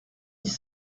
dix